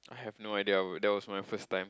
I have no idea there there was my first time